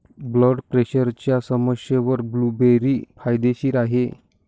blood प्रेशरच्या समस्येवर blueberry फायदेशीर आहे